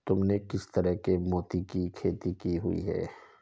तुमने किस तरह के मोती की खेती की हुई है?